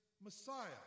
messiah